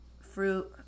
fruit